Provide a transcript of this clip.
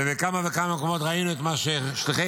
ובכמה וכמה מקומות ראינו את מה ששליחי